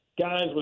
guys